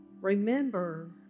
remember